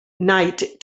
knight